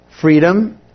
Freedom